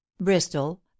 bristol